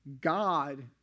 God